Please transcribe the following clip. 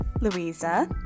Louisa